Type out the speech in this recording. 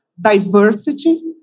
diversity